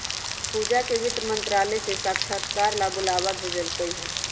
पूजा के वित्त मंत्रालय से साक्षात्कार ला बुलावा भेजल कई हल